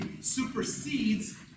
supersedes